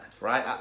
right